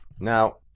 Now